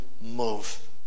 move